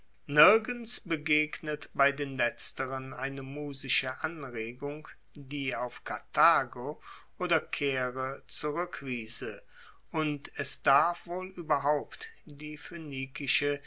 nirgends begegnet bei den letzteren eine musische anregung die auf karthago oder caere zurueckwiese und es darf wohl ueberhaupt die